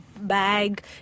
bag